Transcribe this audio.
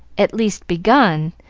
at least, begun,